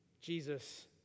Jesus